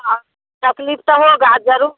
हाँ तकलीफ़ तो होगा ज़रूर हाँ